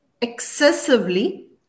excessively